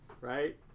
right